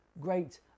great